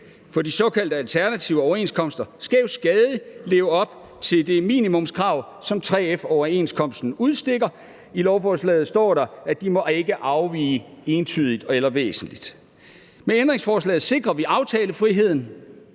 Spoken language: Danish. for de såkaldte alternative overenskomster skal jo stadig leve op til det minimumskrav, som 3F-overenskomsten udstikker. I lovforslaget står der, at de ikke må afvige entydigt eller væsentligt. Med ændringsforslaget sikrer vi aftalefriheden;